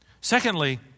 Secondly